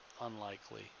unlikely